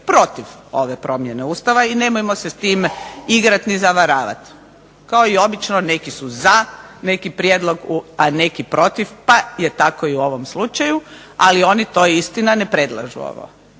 protiv ove promjene Ustava, i nemojmo se s time igrati ni zavaravati, kao i obično neki su za, neki prijedlog, a neki protiv, pa je tako i u ovom slučaju, ali oni to istina ne predlažu ovo,